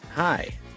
Hi